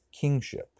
kingship